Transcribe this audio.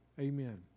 Amen